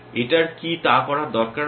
এটার কি তা করার দরকার আছে